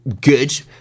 good